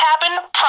happen